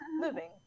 moving